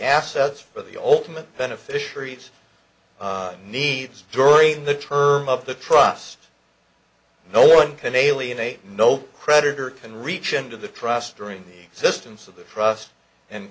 assets for the ultimate beneficiaries needs during the term of the trust no one can alienate no creditor can reach into the trust during the existence of the